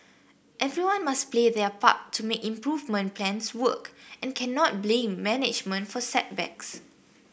everyone must play their part to make improvement plans work and cannot blame management for setbacks